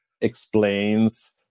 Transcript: explains